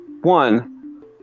One